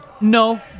No